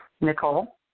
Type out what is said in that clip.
Nicole